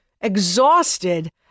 exhausted